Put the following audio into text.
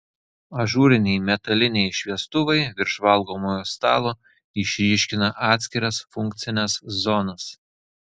ažūriniai metaliniai šviestuvai virš valgomojo stalo išryškina atskiras funkcines zonas